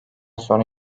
sonra